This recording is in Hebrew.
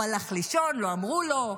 הוא הלך לישון, לא אמרו לו.